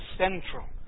central